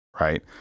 right